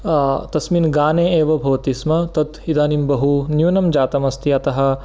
तस्मिन् गाने एव भवति स्म तत् इदानीं बहू न्यूनं जातमस्ति अतः